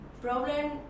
problem